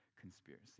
Conspiracy